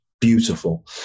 beautiful